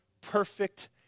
perfect